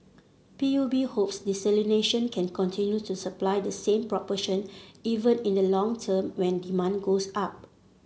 P U B hopes desalination can continue to supply the same proportion even in the long term when demand goes up